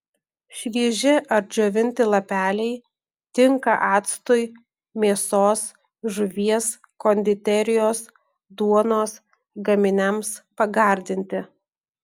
švieži ar džiovinti lapeliai tinka actui mėsos žuvies konditerijos duonos gaminiams pagardinti